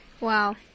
Wow